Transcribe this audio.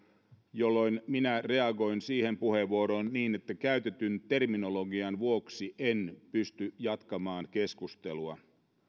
jolloin minä reagoin siihen puheenvuoroon niin että käytetyn terminologian vuoksi en pystynyt jatkamaan keskustelua